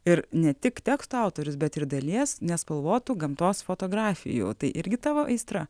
ir ne tik teksto autorius bet ir dalies nespalvotų gamtos fotografijų o tai irgi tavo aistra